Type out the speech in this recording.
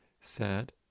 sad